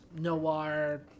noir